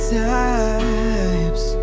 times